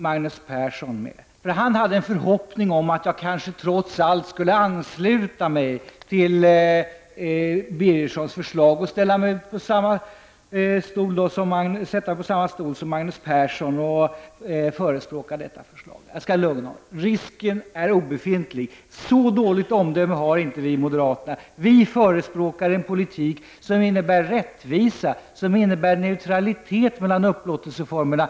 Magnus Persson hyste en förhoppning om att jag trots allt skulle ansluta mig till Bengt Owe Birgerssons förslag och sätta mig på samma stol som Magnus Persson och förespråka detta förslag. Jag skall lugna honom med att säga att risken för det är obefintlig. Så dåligt omdöme har inte vi moderater. Vi förespråkar en politik som innebär rättvisa och neutralitet mellan upplåtelseformerna.